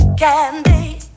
Candy